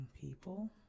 people